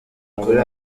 kuri